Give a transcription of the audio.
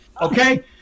okay